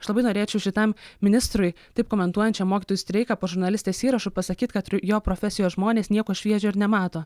aš labai norėčiau šitam ministrui taip komentuojančiam mokytojų streiką po žurnalistės įrašu pasakyt kad ir jo profesijos žmonės nieko šviežio ir nemato